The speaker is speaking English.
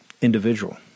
individual